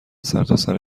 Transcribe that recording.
سرتاسر